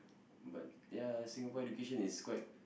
but ya Singapore education is quite